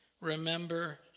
remember